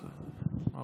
אז אמרתי: